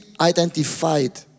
identified